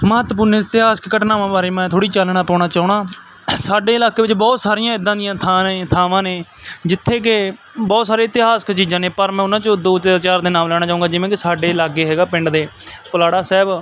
ਮਹੱਤਵਪੂਰਨ ਇਤਿਹਾਸਿਕ ਘਟਨਾਵਾਂ ਬਾਰੇ ਮੈਂ ਥੋੜ੍ਹੀ ਚਾਨਣਾ ਪਾਉਣਾ ਚਾਹੁੰਦਾ ਸਾਡੇ ਇਲਾਕੇ ਵਿੱਚ ਬਹੁਤ ਸਾਰੀਆਂ ਇੱਦਾਂ ਦੀਆਂ ਥਾਂ ਨੇ ਥਾਵਾਂ ਨੇ ਜਿੱਥੇ ਕਿ ਬਹੁਤ ਸਾਰੇ ਇਤਿਹਾਸਿਕ ਚੀਜ਼ਾਂ ਨੇ ਪਰ ਮੈਂ ਉਹਨਾਂ 'ਚੋਂ ਦੋ ਜਾਂ ਚਾਰ ਦੇ ਨਾਮ ਲੈਣਾ ਚਾਹੂੰਗਾ ਜਿਵੇਂ ਕਿ ਸਾਡੇ ਲਾਗੇ ਹੈਗਾ ਪਿੰਡ ਦੇ ਪੁਲਾੜਾ ਸਾਹਿਬ